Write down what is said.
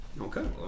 Okay